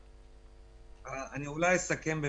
אני אולי אסכם,